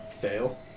fail